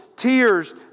tears